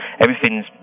everything's